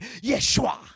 Yeshua